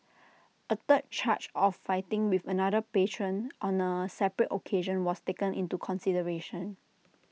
A third charge of fighting with another patron on A separate occasion was taken into consideration